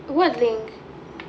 what link